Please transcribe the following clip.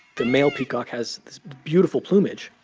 the male peacock has this beautiful plumage,